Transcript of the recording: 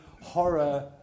horror